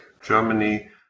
Germany